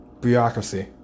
Bureaucracy